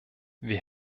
wir